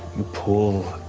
you pull